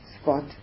spot